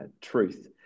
truth